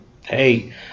hey